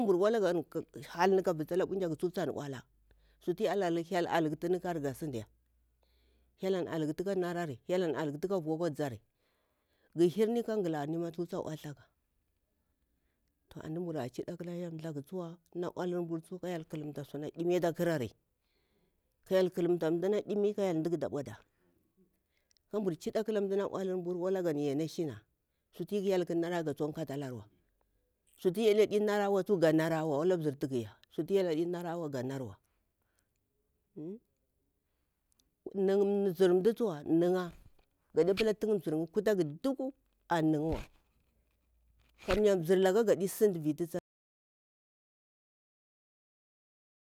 Mda walagan ƙatu hal ka vusa ka ɗunjaga tsu tan ola kamya hyel an hallak tuni apani sutu hyel aluktuni kar ga sin diya hyel an aluktu ka nalari, hyel an auktu ka nalari, hyel an aluktu ka vukwa thari gu hirni ma ka ghani ma tsa oltha ga to antu mbura chidi akula hyel thaku tsuwa tsana olumburu ka hyel ƙalumta suna ɗini ta mda na ɗimi ka hyel duk ɗabwada ka mburu chiƙi aƙala mdana olumburu wala ga yani ashina suhu hyel na mda tsuktu ƙatalaguwa sutu hyel di narawa wala mzir kutaga ga tsuk narawa mzir nan'ya dun mzir, ya kutagu duku kanya mzir laka gaƙi sin sutu ta ziwa.